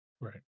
Right